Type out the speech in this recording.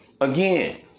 again